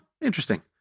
interesting